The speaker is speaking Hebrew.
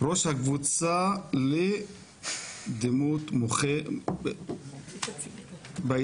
ראש הקבוצה לדימות מוחי בילדים,